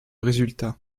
résultats